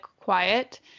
quiet